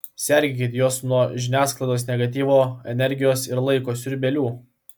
sergėkit juos nuo žiniasklaidos negatyvo energijos ir laiko siurbėlių